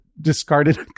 discarded